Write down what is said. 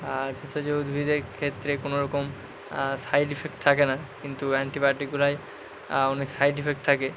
আর ভেষজ উদ্ভিদের ক্ষেত্রে কোনোরকম সাইড এফেক্ট থাকে না কিন্তু অ্যান্টিবায়োটিকগুলায় অনেক সাইড এফেক্ট থাকে